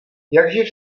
jakživ